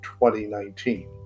2019